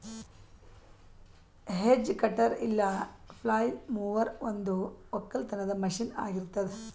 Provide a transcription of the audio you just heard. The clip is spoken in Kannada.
ಹೆಜ್ ಕಟರ್ ಇಲ್ಲ ಪ್ಲಾಯ್ಲ್ ಮೊವರ್ ಒಂದು ಒಕ್ಕಲತನದ ಮಷೀನ್ ಆಗಿರತ್ತುದ್